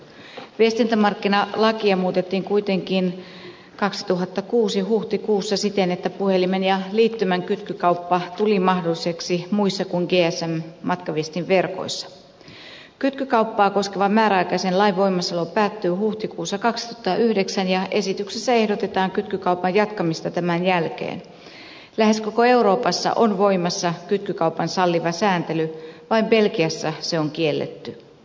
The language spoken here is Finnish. viestintämarkkinalakia muutettiin kuitenkin kaksituhattakuusihuhtikuussa siten että puhelimen ja liittymän kytkykauppa tuli mahdolliseksi muissa kulkiessa matkaviestinverkoissa kytkykauppaa koskevan määräaikaisen lain voimassaolo päättyy huhtikuussa kaksisataayhdeksän ja esityksessä ehdotetaan kytkykaupan jatkamista tämän jälkeen lähes koko euroopassa on voimassa kytkykaupan salliva sääntely vain belgiassa se on kielletty